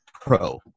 Pro